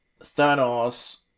Thanos